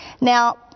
Now